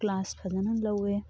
class ꯐꯖꯅ ꯂꯩꯋꯦ